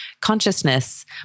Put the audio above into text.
consciousness